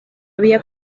había